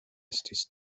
estis